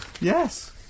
yes